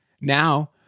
now